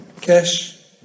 cash